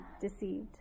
deceived